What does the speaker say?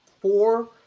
four